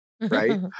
right